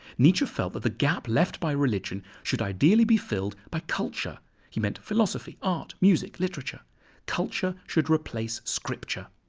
nietzsche felt that the gap left by religion should ideally be filled by culture he meant philosophy, art, music, literature culture should replace scripture.